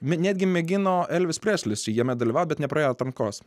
netgi mėgino elvis preslis jame dalyvauti bet nepraėjo atrankos